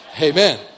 Amen